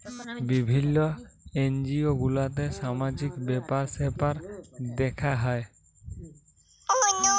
বিভিল্য এনজিও গুলাতে সামাজিক ব্যাপার স্যাপার দ্যেখা হ্যয়